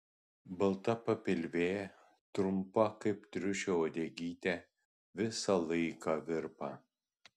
balta papilvė trumpa kaip triušio uodegytė visą laiką virpa